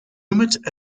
humid